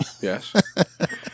Yes